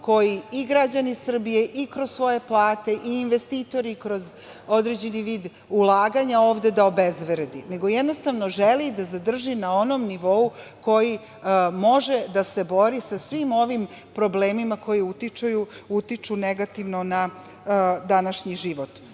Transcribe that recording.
koji i građani Srbije i kroz svoje plate i investitori kroz određeni vid ulaganja ovde da obezvredi, nego jednostavno želi da zadrži na onom nivou koji može da se bori sa svim ovim problemima koji utiču negativno na današnji život. Ono